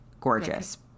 gorgeous